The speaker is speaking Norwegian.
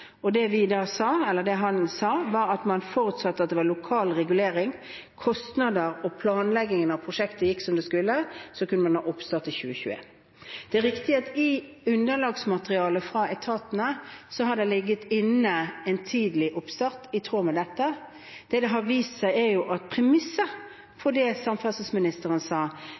og det han da sa, var at forutsatt at det var lokal regulering, at kostnader og planleggingen av prosjektet gikk som det skulle, så kunne man ha oppstart i 2021. Det er riktig at det i underlagsmaterialet fra etatene har ligget inne en tidlig oppstart, i tråd med dette. Men det har vist seg at premisset for det samferdselsministeren sa